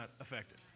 affected